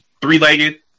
three-legged